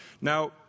Now